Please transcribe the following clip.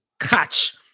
catch